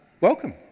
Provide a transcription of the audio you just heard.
Welcome